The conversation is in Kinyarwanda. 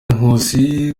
nkusi